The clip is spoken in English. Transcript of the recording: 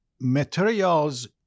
materials